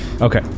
Okay